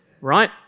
right